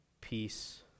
peace